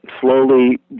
slowly